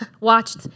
watched